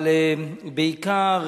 אבל בעיקר